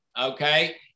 Okay